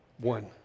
one